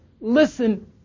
Listen